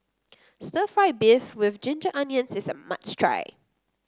Stir Fried Beef with Ginger Onions is a must try